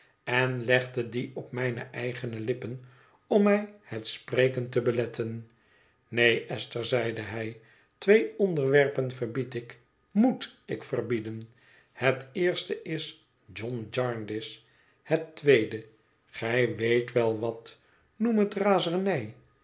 en legde die op mijne eigene lippen om mij het spreken te beletten neen esther zeide hij twee onderwerpen verbied ik moet ik verbieden het eerste is john jarndyce het tweede gij weet wel wat noem het razernij